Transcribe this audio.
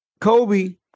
Kobe